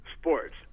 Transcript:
sports